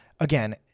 Again